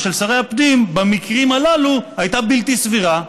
של שרי הפנים במקרים הללו הייתה בלתי סבירה,